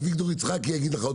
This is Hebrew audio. אביגדור יצחקי יגיד לך,